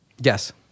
Yes